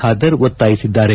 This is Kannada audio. ಬಾದರ್ ಒತ್ತಾಯಿಸಿದ್ದಾರೆ